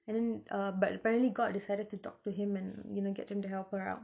and then uh but apparently god decided to talk to him and you know get him to help her out